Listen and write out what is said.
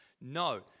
no